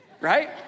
right